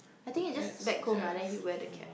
let's just